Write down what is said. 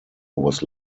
was